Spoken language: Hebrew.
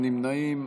נמנעים.